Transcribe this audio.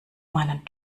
meinen